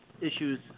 issues